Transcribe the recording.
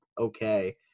okay